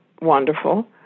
wonderful